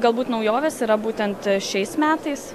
galbūt naujovės yra būtent šiais metais